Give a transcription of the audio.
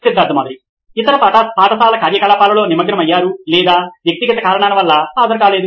Siddharth Maturi CEO నోయిన్ electronics ఇతర పాఠశాల కార్యకలాపాలలో నిమగ్నమయ్యారు లేదా వ్యక్తిగత కారణాల వల్ల హాజరుకాలేదు